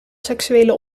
seksuele